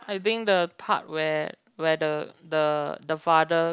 I think the part where where the the the father